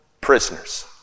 prisoners